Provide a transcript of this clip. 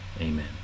Amen